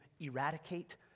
eradicate